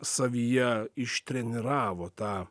savyje ištreniravo tą